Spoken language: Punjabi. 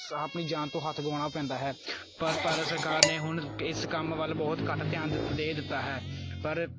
ਆਪਣੀ ਜਾਨ ਤੋਂ ਹੱਥ ਗਵਾਉਣਾ ਪੈਂਦਾ ਹੈ ਪਰ ਭਾਰਤ ਸਰਕਾਰ ਨੇ ਹੁਣ ਇਸ ਕੰਮ ਵੱਲ ਬਹੁਤ ਘੱਟ ਧਿਆਨ ਦੇ ਦਿੱਤਾ ਹੈ ਪਰ